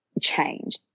change